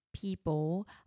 people